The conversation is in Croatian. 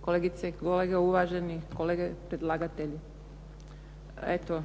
kolegice i kolege, uvaženi kolege predlagatelji. Eto